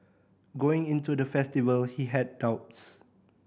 going into the festival he had doubts